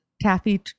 Taffy